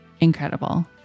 incredible